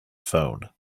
phone